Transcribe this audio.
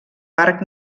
parc